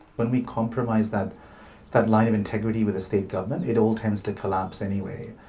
when we compromise that that line of integrity with a state government it all tends to collapse anyway.